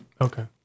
Okay